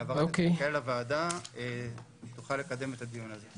העברת נתונים כאלה לוועדה שתוכל לקדם את הדיון הזה.